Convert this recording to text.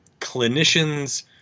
clinicians